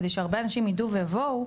כדי שהרבה אנשים ידעו ויבואו,